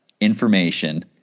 information